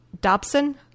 Dobson